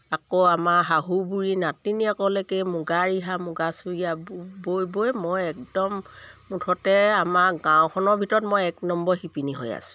আকৌ আমাৰ শাহু বুঢ়ী নাতিনীয়েকলৈকে মুগা ৰিহা মুগা চুৰিয়া বৈ বৈ মই একদম মুঠতে আমাৰ গাঁওখনৰ ভিতৰত মই এক নম্বৰ শিপিনী হৈ আছোঁ